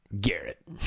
Garrett